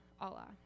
Allah